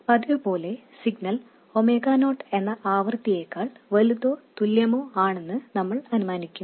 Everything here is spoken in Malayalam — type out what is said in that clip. പതിവുപോലെ സിഗ്നൽ 0 എന്ന ആവൃത്തിയേക്കാൾ വലുതോ തുല്യമോ ആണെന്ന് നമ്മൾ അനുമാനിക്കും